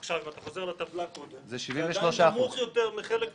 זה 73%. אם אתה חוזר לטבלה קודם זה עדיין נמוך יותר מחלק מהממוצעים.